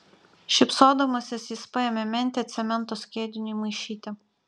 šypsodamasis jis paėmė mentę cemento skiediniui maišyti